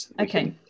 Okay